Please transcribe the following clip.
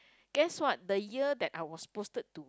guess what the year that I was posted to